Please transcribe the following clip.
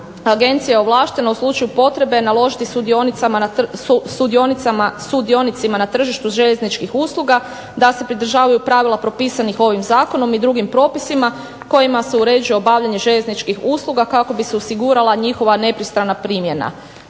agencija je ovlaštena u slučaju potrebe naložiti sudionicima na tržištu željezničkih usluga da se pridržavaju pravila propisanih ovim zakonom i drugim propisima kojima se uređuje obavljanje željezničkih usluga kako bi se osigurala njihova nepristrana primjena.